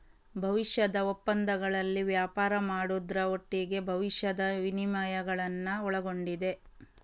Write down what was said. ಭವಿಷ್ಯದ ಒಪ್ಪಂದಗಳಲ್ಲಿ ವ್ಯಾಪಾರ ಮಾಡುದ್ರ ಒಟ್ಟಿಗೆ ಭವಿಷ್ಯದ ವಿನಿಮಯಗಳನ್ನ ಒಳಗೊಂಡಿದೆ